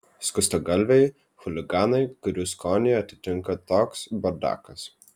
skustagalviai chuliganai kurių skonį atitinka toks bardakas